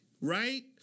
Right